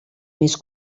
més